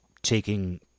Taking